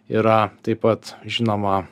yra taip pat žinoma